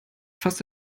fast